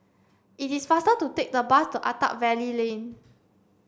it is faster to take the bus to Attap Valley Lane